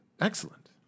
excellent